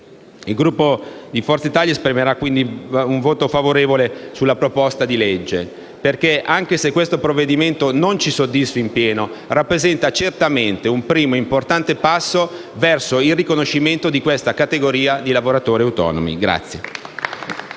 Il Gruppo Forza Italia esprimerà voto favorevole sul disegno di legge perché, anche se questo provvedimento non ci soddisfa in pieno, rappresenta, certamente, un primo importante passo verso il riconoscimento di questa categoria di lavoratori autonomi.